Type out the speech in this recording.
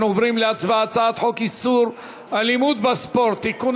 אנחנו עוברים להצבעה על הצעת חוק איסור אלימות בספורט (תיקון,